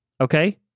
Okay